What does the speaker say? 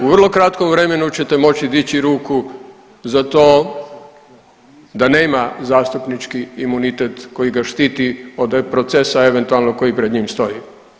U vrlo kratkom vremenu ćete moći dići ruku za to da nema zastupnički imunitet koji ga štiti od ovog procesa eventualno koji pred njim stoji.